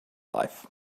life